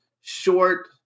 short